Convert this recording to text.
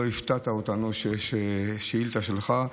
לא הפתעת אותנו שיש שאילתה שלך.